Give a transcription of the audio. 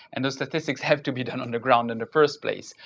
and those statistics have to be done on the ground in the first place.